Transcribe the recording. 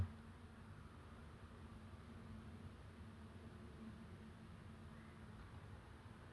and I want to grow I want to grow taller like maybe I hope that I can grow like say